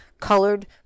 colored